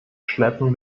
schleppen